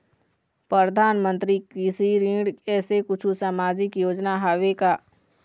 परधानमंतरी कृषि ऋण ऐसे कुछू सामाजिक योजना हावे का?